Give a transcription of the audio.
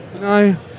No